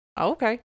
Okay